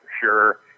sure